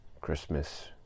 Christmas